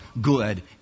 good